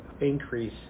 increase